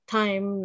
time